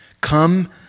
come